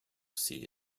see